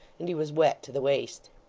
and he was wet to the waist.